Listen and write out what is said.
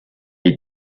est